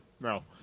No